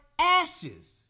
ashes